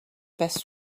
best